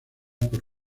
por